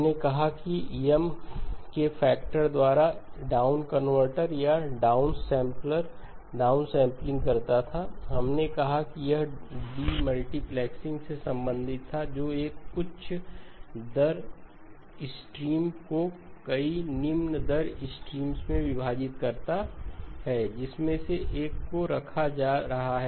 हमने कहा कि M के फैक्टर द्वारा डाउन कन्वर्टर या डाउन सैंपलर डाउनसैंपलिंग करता था हमने कहा कि यह डीम्टीप्लेक्सर से संबंधित था एक जो एक उच्च दर स्ट्रीम को कई निम्न दर स्ट्रीम्स में विभाजित करता है जिसमें से एक को रखा जा रहा है